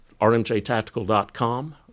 rmjtactical.com